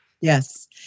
Yes